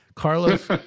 Carlos